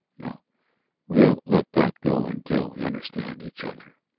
no we'll let that go until we understand each other.